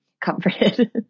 comforted